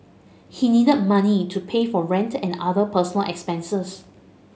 he needed money to pay for rent and other personal expenses